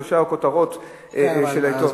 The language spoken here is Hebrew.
שלוש כותרות של העיתון.